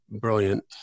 brilliant